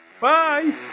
Bye